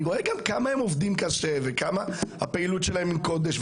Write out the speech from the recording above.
אני רואה כמה קשה הם עובדים והפעילות שלהם היא קודש.